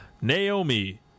naomi